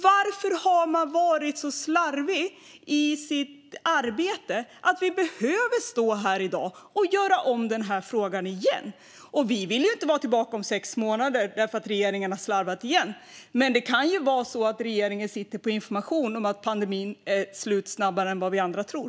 Varför har man varit så slarvig i sitt arbete att vi behöver stå här i dag och ta om den här frågan igen? Vi vill inte vara tillbaka om sex månader därför att regeringen har slarvat igen. Men det kan ju vara så att regeringen sitter på information om att pandemin kommer att vara över snabbare än vad vi andra tror.